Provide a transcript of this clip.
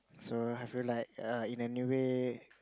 so have you like err in any way